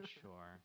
sure